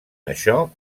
això